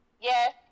yes